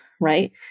right